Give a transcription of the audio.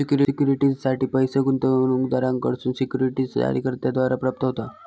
सिक्युरिटीजसाठी पैस गुंतवणूकदारांकडसून सिक्युरिटीज जारीकर्त्याद्वारा प्राप्त होता